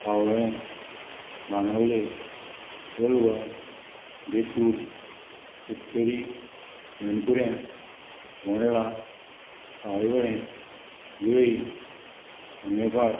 पाळोळें बांणावले कोलवा बेतूल सत्तरी मेणकुऱ्यां बोंडला सावयवेरें विळी हांणेपार